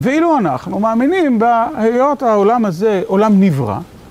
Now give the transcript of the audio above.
ואילו אנחנו מאמינים בהיות העולם הזה עולם נברא.